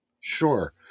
sure